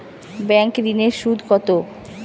Bank ঋন এর সুদ কত?